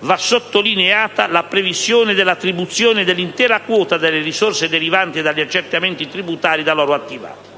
va sottolineata la previsione dell'attribuzione dell'intera quota delle risorse derivanti dagli accertamenti tributari da loro attivati.